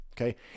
Okay